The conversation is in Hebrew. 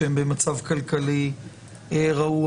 שהם במצב כלכלי רעוע.